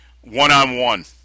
one-on-one